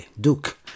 Duke